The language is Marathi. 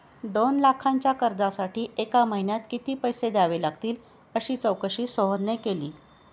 दोन लाखांच्या कर्जासाठी एका महिन्यात किती पैसे द्यावे लागतील अशी चौकशी सोहनने केली